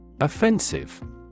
Offensive